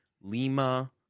Lima